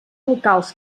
locals